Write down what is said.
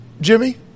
Jimmy